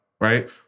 right